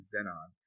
Xenon